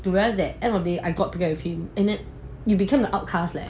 to well end of the day I got together with him and then you become the outcast leh